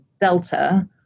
delta